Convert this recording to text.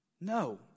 No